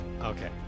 Okay